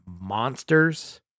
monsters